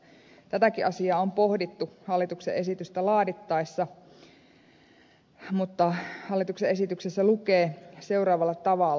tätäkin asiaa on pohdittu hallituksen esitystä laadittaessa mutta hallituksen esityksessä lukee seuraavalla tavalla